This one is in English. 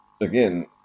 again